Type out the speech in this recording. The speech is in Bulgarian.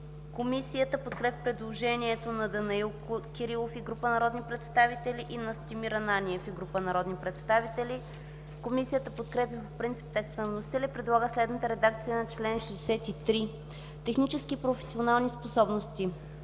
Комисията подкрепя предложенията на Данаил Кирилов и група народни представители и Настимир Ананиев и група народни представители. Комисията подкрепя по принцип текста на вносителя и предлага следната редакция на чл. 63: „Технически и професионални способности